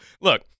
look